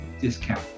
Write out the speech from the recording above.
discount